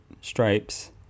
stripes